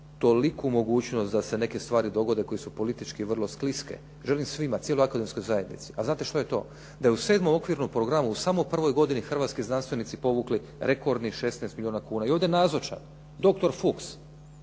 toliku mogućnost da se neke stvari dogode koje su politički vrlo skliske. Želim svima cijeloj akademskoj zajednici, a znate što je to, da je u 7. okvirnom programu u samoj prvoj godini, hrvatski znanstvenici povukli rekordnih 16 milijuna kuna. i ovdje nazočan doktor Fuks,